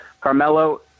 Carmelo